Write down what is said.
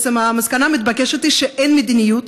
בעצם, המסקנה המתבקשת היא שאין מדיניות,